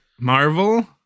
Marvel